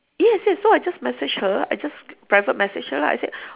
yes yes so I just message her I just private message her lah I said